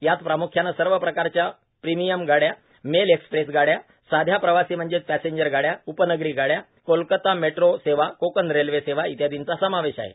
यात प्राम्ख्यानं सर्व प्रकारच्या प्रिमियम गाड्या मेल एक्सप्रेस गाड्या साध्या प्रवासी म्हणजेच पॅसेंजर गाड्या उपनगरी गाड्या कोलकाता मेट्रो सेवा कोकण रेल्वे सेवा इत्यादींचा समावेश आहे